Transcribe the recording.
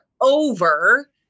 over